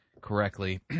correctly